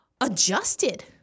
adjusted